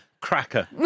Cracker